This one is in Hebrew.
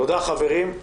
תודה, חברים.